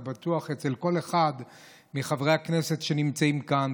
ובטוח אצל כל אחד מחברי הכנסת שנמצאים כאן,